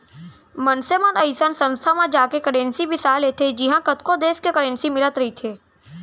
मनसे मन अइसन संस्था म जाके करेंसी बिसा लेथे जिहॉं कतको देस के करेंसी मिलत रहिथे